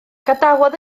gadawodd